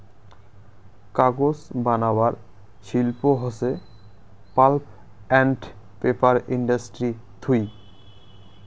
কাগজ বানাবার শিল্প হসে পাল্প আন্ড পেপার ইন্ডাস্ট্রি থুই